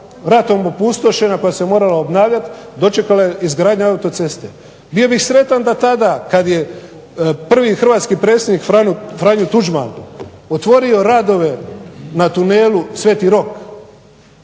ratom opustošena, koja se morala obnavljat, dočekala je izgradnja autoceste. Bio bih sretan da tada kad je prvi hrvatski predsjednik Franjo Tuđman otvorio radove na tunelu Sveti Rok,